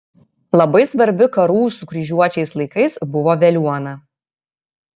labai svarbi karų su kryžiuočiais laikais buvo veliuona